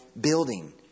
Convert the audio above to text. building